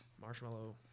marshmallow